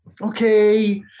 okay